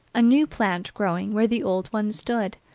a new plant growing where the old one stood,